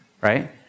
right